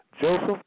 Joseph